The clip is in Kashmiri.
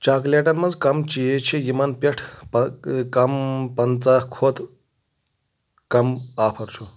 چاکلیٹن مَنٛز کم چیٖز چھِ یِمَن پٮ۪ٹھ کم پنژاہ کھۄتہٕ کم آفر چھ